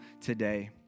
today